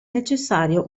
necessario